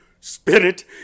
Spirit